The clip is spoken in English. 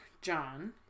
John